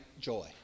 joy